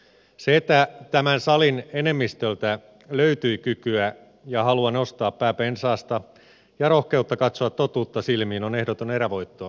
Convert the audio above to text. se että tämän salin enemmistöltä löytyi kykyä ja halua nostaa pää pensaasta ja rohkeutta katsoa totuutta silmiin on ehdoton erävoitto isänmaalle